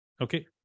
Okay